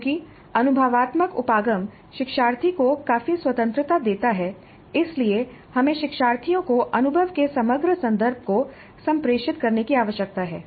चूंकि अनुभवात्मक उपागम शिक्षार्थी को काफी स्वतंत्रता देता है इसलिए हमें शिक्षार्थियों को अनुभव के समग्र संदर्भ को संप्रेषित करने की आवश्यकता है